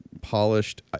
polished